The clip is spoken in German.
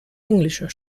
englischer